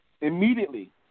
Immediately